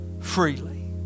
freely